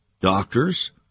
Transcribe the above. doctors